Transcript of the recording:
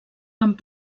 amb